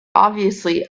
obviously